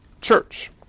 church